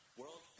world